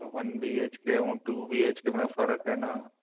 त one B H K ऐं two B H K में फ़र्कु आहे न